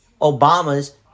Obama's